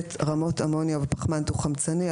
רמות אמוניה ופחמן דו חמצנני.